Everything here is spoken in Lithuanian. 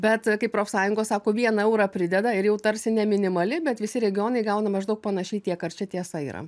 bet kaip profsąjungos sako vieną eurą prideda ir jau tarsi ne minimali bet visi regionai gauna maždaug panašiai tiek ar čia tiesa yra